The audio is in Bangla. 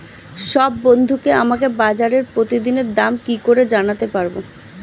সব বন্ধুকে আমাকে বাজারের প্রতিদিনের দাম কি করে জানাতে পারবো?